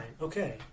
okay